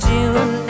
June